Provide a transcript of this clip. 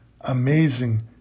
amazing